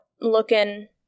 looking